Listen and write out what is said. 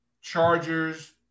Chargers